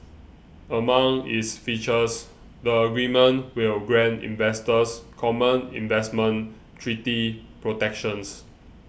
among its features the agreement will grant investors common investment treaty protections